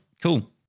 Cool